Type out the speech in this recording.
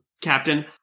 captain